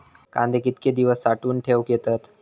कांदे कितके दिवस साठऊन ठेवक येतत?